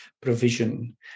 provision